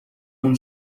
اون